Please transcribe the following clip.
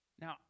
Now